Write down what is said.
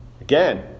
again